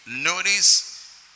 Notice